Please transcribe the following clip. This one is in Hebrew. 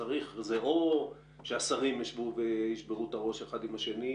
זה או שהשרים ישבו וישברו את הראש אחד עם השני,